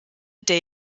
dei